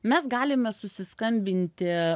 mes galime susiskambinti